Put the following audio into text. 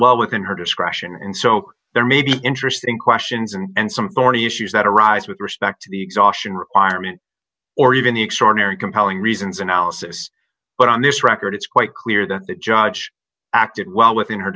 well within her discretion and so there may be interesting questions and some thorny issues that arise with respect to the exhaustion requirement or even the extraordinary compelling reasons analysis but on this record it's quite clear that the judge acted well within her